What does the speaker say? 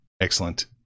excellent